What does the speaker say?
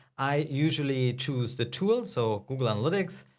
i usually choose the tool so google analytics.